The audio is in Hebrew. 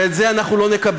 ואת זה אנחנו לא נקבל.